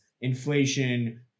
inflation